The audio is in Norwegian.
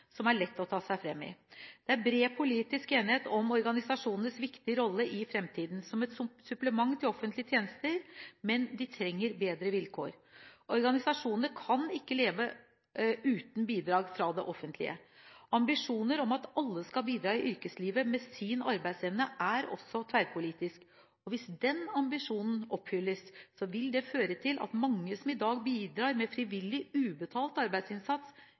som er lett å ta seg fram i. Det er bred politisk enighet om organisasjonenes viktige rolle i fremtiden som et supplement til offentlige tjenester, men de trenger bedre vilkår. Organisasjonene kan ikke leve uten bidrag fra det offentlige. Ambisjonen om at alle skal bidra i yrkeslivet med sin arbeidsevne, er også tverrpolitisk, og hvis den ambisjonen oppfylles, vil det føre til at mange som i dag bidrar med frivillig, ubetalt arbeidsinnsats,